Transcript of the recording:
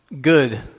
good